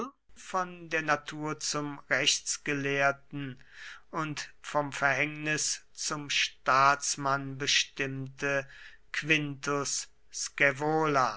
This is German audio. von der natur zum rechtsgelehrten und vom verhängnis zum staatsmann bestimmte quintus scaevola